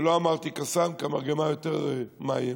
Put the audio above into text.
ולא אמרתי קסאם, כי המרגמה יותר מאיימת.